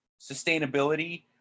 sustainability